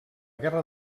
guerra